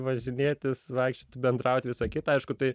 važinėtis vaikščioti bendraut visa kita aišku tai